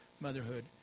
motherhood